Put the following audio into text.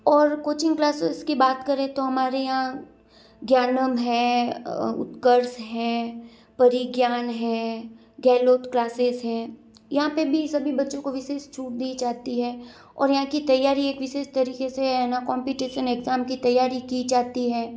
और coaching classes की बात करें तो हमारे यहाँ ज्ञानम हैं उत्कर्ष हैं परी ज्ञान हैं गहलोत क्लासेस है यहाँ पे भी सभी बच्चों को विशेष छूट दी जाती है और यहाँ की तैयारी एक विशेष तरीके से है ना कोम्पिटीसन एग्ज़ाम की तैयारी की जाती है